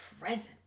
present